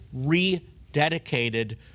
rededicated